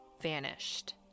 vanished